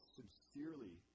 sincerely